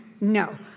no